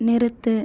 நிறுத்து